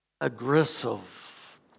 aggressive